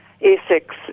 Essex